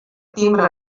timbre